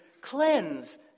cleanse